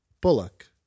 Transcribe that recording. Bullock